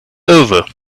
over